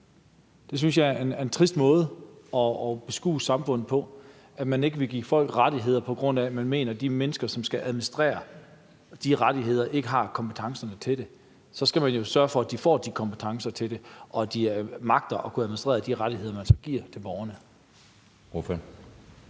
Jeg synes, det er en trist måde at anskue samfundet på, at man ikke vil give folk rettigheder, på grund af at man mener, at de mennesker, som skal administrere de rettigheder, ikke har kompetencerne til det. Så skal man jo sørge for, at de får kompetencerne til det, og at de magter at administrere de rettigheder, man så giver til borgerne.